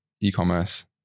e-commerce